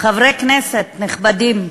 חברי כנסת נכבדים,